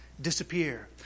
disappear